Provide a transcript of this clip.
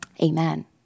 Amen